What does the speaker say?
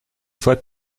fois